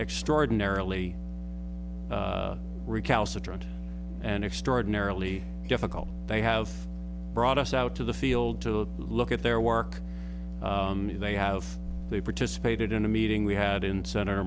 extraordinarily recalcitrant and extraordinarily difficult they have brought us out to the field to look at their work they have they participated in a meeting we had in center